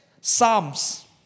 Psalms